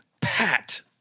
pat